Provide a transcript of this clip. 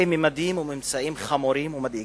אלה ממדים וממצאים חמורים ומדאיגים.